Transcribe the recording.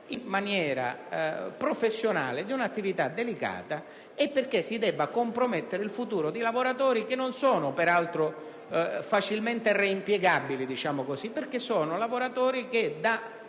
in maniera professionale di un'attività delicata e perché si debba compromettere il futuro di lavoratori che non sono peraltro facilmente reimpiegabili, perché si trovano in quel